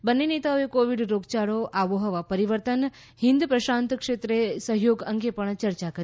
બંને નેતાઓએ કોવિડ રોગયાળો આબોહવા પરિવર્તન હિંદ પ્રશાંત ક્ષેત્રે સહયોગ અંગે પણ ચર્ચા કરી